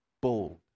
bold